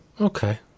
Okay